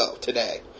today